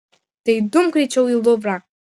tai dumk greičiau į luvrą